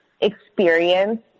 experience